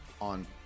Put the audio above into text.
on